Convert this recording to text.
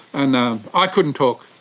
and i couldn't talk.